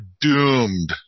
doomed